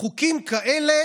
חוקים כאלה